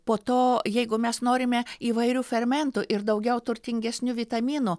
po to jeigu mes norime įvairių fermentų ir daugiau turtingesnių vitaminų